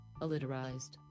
alliterized